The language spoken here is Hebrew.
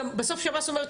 גם בסוף שב"ס אומרת,